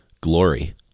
Glory